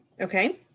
Okay